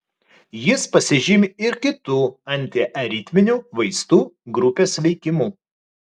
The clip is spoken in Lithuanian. jis pasižymi ir kitų antiaritminių vaistų grupės veikimu